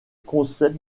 concept